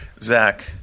Zach